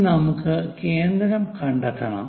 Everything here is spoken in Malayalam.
ഇനി നമുക്ക് കേന്ദ്രം കണ്ടെത്തണം